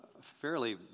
fairly